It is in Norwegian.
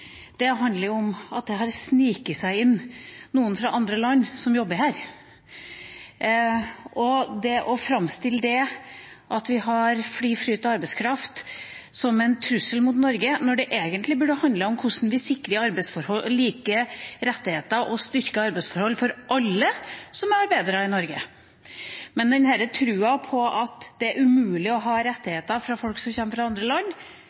Det handler om at det har sneket seg inn noen fra andre land som jobber her, og om å framstille det at vi har fri flyt av arbeidskraft som en trussel mot Norge, når det egentlig burde handle om hvordan vi sikrer like rettigheter og styrkede arbeidsforhold for alle som er arbeidere i Norge. Denne troa på at det er umulig å ha rettigheter for folk som kommer fra andre land,